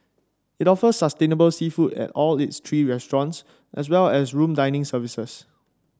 it offers sustainable seafood at all its three restaurants as well as room dining services